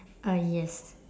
uh yes